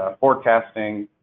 ah forecasting,